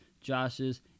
Josh's